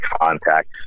contact